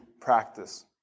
practice